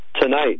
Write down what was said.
tonight